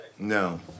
No